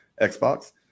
Xbox